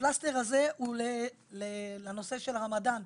הפלסטר הזה הוא לנושא של הרמדאן.